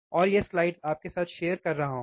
और ये स्लाइड्स आपके साथ शेयर कर रहा हूं